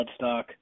Bloodstock